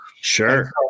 Sure